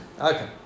okay